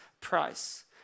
price